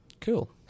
Cool